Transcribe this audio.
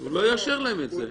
הוא לא יאשר להם את זה.